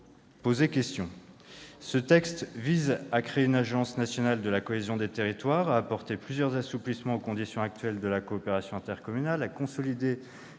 interpeller ! Ce texte vise à créer une agence nationale pour la cohésion des territoires, à apporter plusieurs assouplissements aux conditions actuelles de la coopération intercommunale, à consolider